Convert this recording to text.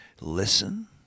listen